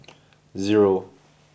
zero